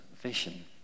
vision